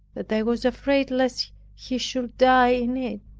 that i was afraid lest he should die in it.